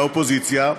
מהאופוזיציה,